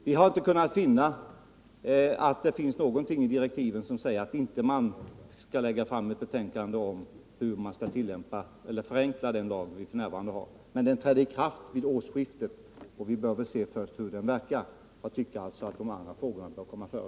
Vi har inte kunnat finna någonting i direktiven som säger att vi inte skall lägga fram ett betänkande om hur man skall förenkla den lag vi f. n. har, men den trädde i kraft vid årsskiftet, och vi bör väl först se hur den verkar. Jag tycker alltså att de andra frågorna bör komma före.